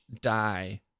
die